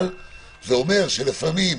אבל זה אומר שלפעמים,